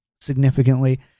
significantly